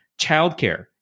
childcare